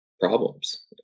problems